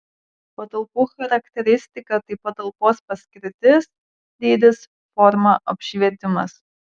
patalpų charakteristika tai patalpos paskirtis dydis forma apšvietimas